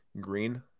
green